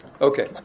Okay